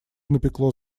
напекло